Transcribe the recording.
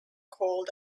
called